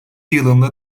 yılında